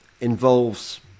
involves